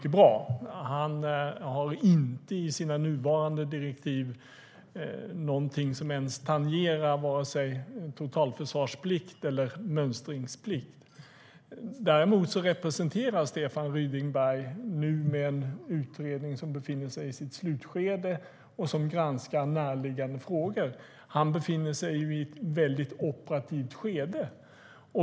Stefan Ryding-Berg har inte i sina nuvarande direktiv någonting som ens tangerar totalförsvarsplikt eller mönstringsplikt. Däremot befinner han sig nu, med en utredning som befinner sig i sitt slutskede och som granskar närliggande frågor, i ett mycket operativt skede.